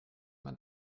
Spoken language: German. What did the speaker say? man